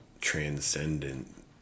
transcendent